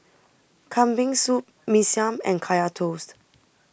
Kambing Soup Mee Siam and Kaya Toast